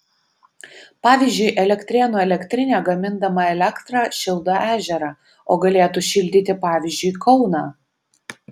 pavyzdžiui elektrėnų elektrinė gamindama elektrą šildo ežerą o galėtų šildyti pavyzdžiui kauną